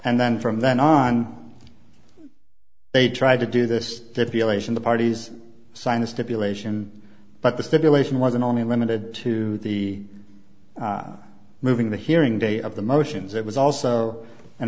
and then from then on they tried to do this to feel ation the parties signed a stipulation but the stipulation wasn't only limited to the moving the hearing date of the motions it was also an